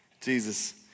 Jesus